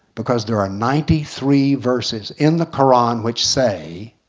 because there are ninety three verses in the koran which say,